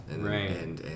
Right